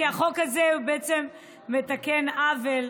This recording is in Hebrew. כי החוק הזה בעצם מתקן עוול,